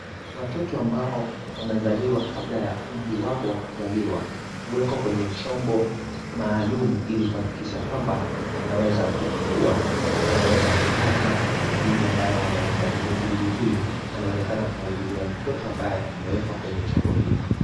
Watoto ambao wanazaliwa kabla ya umri wao wa kuzaliwa, huwekwa kwenye chombo maalum ili kuhakikisha kwamba wanaweza kukua na wanaweza kupata madini ambayo wanahitaji. Muuguzi huyu anaonekana kumhudumia mtoto ambaye amewekwa kwenye chombo hiki.